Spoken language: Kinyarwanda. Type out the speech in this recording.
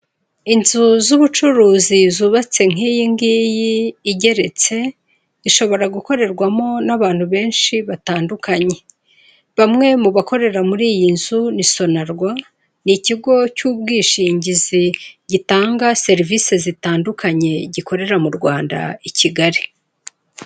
Inzu z'ubucuruzi zubatse nk'iyingiyi igeretse zishobora gukorerwamo n'abantu benshi batandukanye, bamwe mu bakorera muri iyi nzu nisonerwa, ni ikigo cy'ubwishingizi gitanga serivisi zitandukanye gikorera mu rwanda i Kigali.